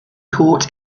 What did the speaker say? court